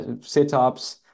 sit-ups